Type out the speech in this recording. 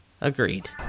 agreed